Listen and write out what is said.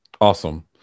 Awesome